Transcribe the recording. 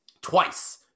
twice